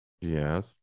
yes